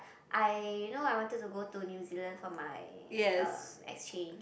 I know I wanted to go to New-Zealand for my uh exchange